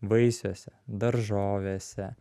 vaisiuose daržovėse